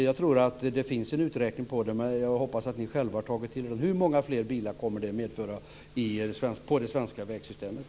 Jag tror att det finns en uträkning av det, och jag hoppas att ni själva har tagit till er den. Hur många fler bilar kommer det att medföra i det svenska vägsystemet?